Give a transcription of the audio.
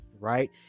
right